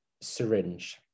syringe